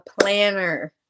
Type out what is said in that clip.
planner